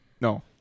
No